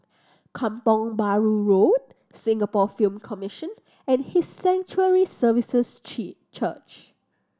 Kampong Bahru Road Singapore Film Commission and His Sanctuary Services Church